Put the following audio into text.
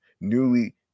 Newly